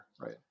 right